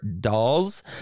dolls